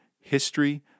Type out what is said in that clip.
history